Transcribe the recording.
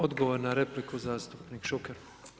Odgovor na repliku, zastupnik Šuker.